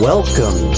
Welcome